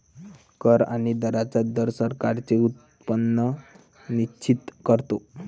कर आणि दरांचा दर सरकारांचे उत्पन्न निश्चित करतो